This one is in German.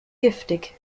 giftig